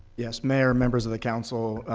yes, mayor, members of the council,